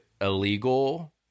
illegal